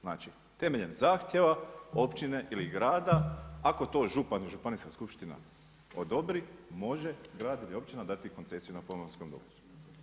Znači, temeljem zahtjeva općine ili grada ako to župan i Županijska skupština odobri može grad ili općina dati koncesiju na pomorskom dobru.